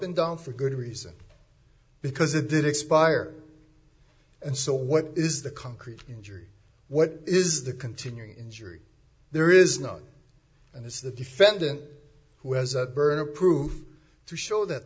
and down for good reason because it did expire and so what is the concrete injury what is the continuing injury there is not and this is the defendant who has a burden of proof to show that